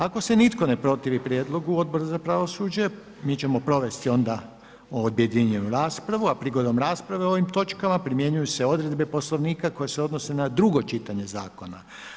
Ako se nitko ne protivi prijedlogu Odbora za pravosuđe, mi ćemo provesti onda objedinjenu raspravu a prigodom rasprave o ovim točkama primjenjuju se odredbe Poslovnika koje se odnose na drugo čitanje zakona.